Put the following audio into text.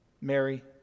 Mary